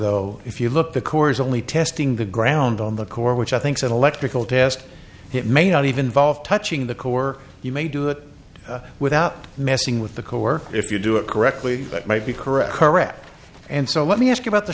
though if you look the corps only testing the ground on the core which i think said electrical test it may not even volved touching the core you may do that without messing with the core if you do it correctly that might be correct correct and so let me ask about the